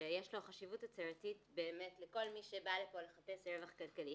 שיש לו חשיבות הצהרתית לכל מי שבא לפה לחפש רווח כלכלי.